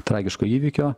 tragiško įvykio